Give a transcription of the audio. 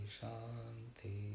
Shanti